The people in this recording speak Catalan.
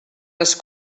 les